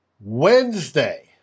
Wednesday